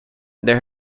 there